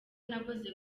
nakoze